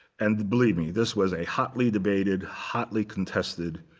and believe me, this was a hotly debated, hotly contested